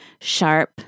sharp